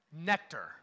Nectar